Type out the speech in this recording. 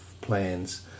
plans